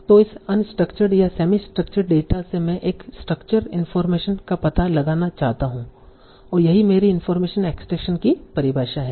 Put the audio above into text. तो इस अनस्ट्रक्चर्ड या सेमी स्ट्रक्चर्ड डेटा से मैं एक स्ट्रक्चर इनफार्मेशन का पता लगाना चाहता हूं और यही मेरी इनफार्मेशन एक्सट्रैक्शन की परिभाषा है